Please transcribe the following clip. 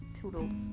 Toodles